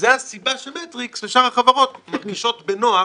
זו הסיבה שמטריקס ושאר החברות מרגישות בנוח